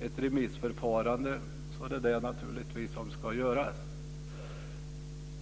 ett remissförfarande, ska det naturligtvis göras.